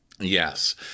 Yes